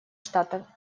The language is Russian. штатов